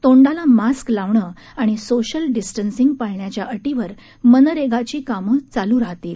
तोंडाला मास्क लावणं आणि सोशल डिस्टन्सिंग पाळण्याच्या अटीवर मनरत्त्वी कामज्ञालू राहतील